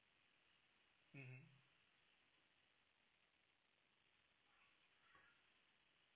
mmhmm